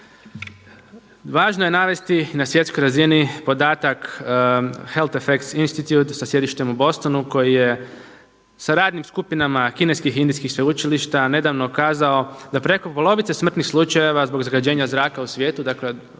Važno je navesti i na svjetskoj razini podatak Health Effects Institute sa sjedištem u Bostonu koji je sa radnim skupinama kineskih i indijskih sveučilišta nedavno kazao da preko polovice smrtnih slučajeva zbog zagađenja zraka u svijetu dakle